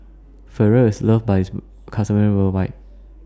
Futuro IS loved By its customers worldwide